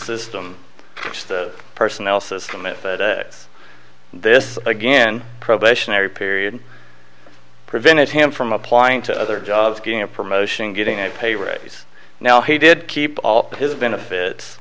system which the personnel system it this again probationary period prevented him from applying to other jobs getting a promotion getting a pay raise now he did keep all of his benefit